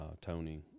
Tony